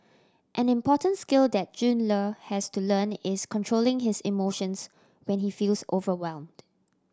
an important skill that Jun Le has to learn is controlling his emotions when he feels overwhelmed